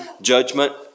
judgment